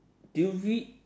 do you read